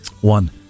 One